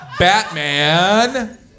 Batman